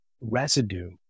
residue